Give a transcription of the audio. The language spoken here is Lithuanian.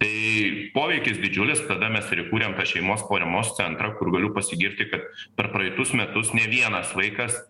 tai poveikis didžiulis tada mes ir įkūrėm tą šeimos paramos centrą kur galiu pasigirti kad per praeitus metus ne vienas vaikas